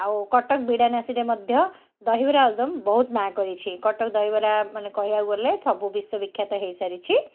ଆଉ କଟକ ବିଡ଼ାନାସୀରେ ମଧ୍ୟ ଦହିବରା ଆଳୁଦମ ବହୁତ ନାଁ କରିଛି କଟକ ଦହିବରା ମାନେ କହିବାକୁ ଗଲେ ସବୁ ବିଶ୍ୱବିଖ୍ୟାତ ହେଇସାରିଛି